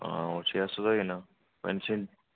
हूं छे सत्त सौ दा होई जाना